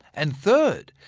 and third,